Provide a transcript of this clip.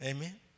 Amen